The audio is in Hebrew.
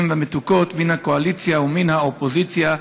והמתוקות מן הקואליציה ומן האופוזיציה,